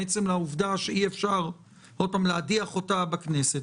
מעצם העובדה שאי אפשר להדיח אותה בכנסת,